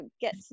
get